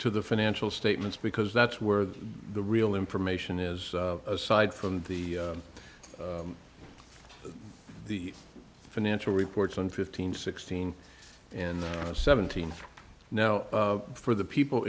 to the financial statements because that's where the real information is aside from the the financial reports on fifteen sixteen and seventeen now for the people